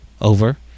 over